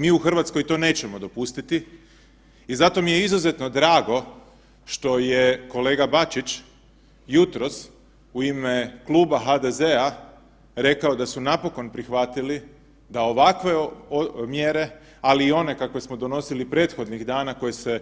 Mi u Hrvatskoj to nećemo dopustiti i zato mi je izuzetno drago što je kolega Bačić jutros u ime kluba HDZ-a rekao da su napokon prihvatili da ovakve mjere, ali i one kakve smo donosili prethodnih dana koje se